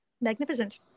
Magnificent